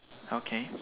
okay